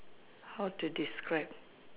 how to describe